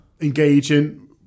engaging